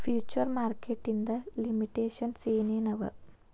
Future market ಇಂದ್ limitations ಏನ್ ಏನವ?